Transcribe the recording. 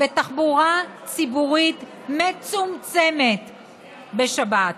בתחבורה ציבורית מצומצמת בשבת.